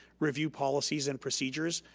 review policies and procedures.